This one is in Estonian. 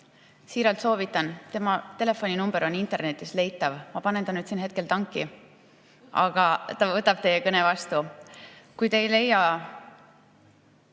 siiralt soovitan teda, tema telefoninumber on internetis leitav. Ma panen ta siin küll nüüd tanki, aga ta võtab teie kõne vastu. Ja kui te ei leia